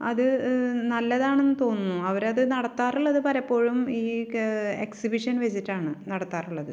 അത് നല്ലതാണ് തോന്നുന്നു അവരത് നടത്താറുള്ളത് പലപ്പോഴും ഈ എക്സിബിഷൻ വെച്ചിട്ടാണ് നടത്താറുള്ളത്